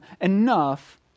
enough